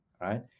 right